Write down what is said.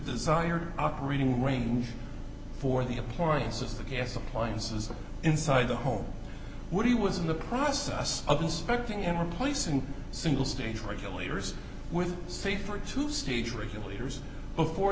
desired operating range for the appliances the gas appliances inside the home when he was in the process of inspecting and replacing single state regulators with safer to stage regulators before